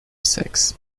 seks